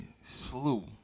slew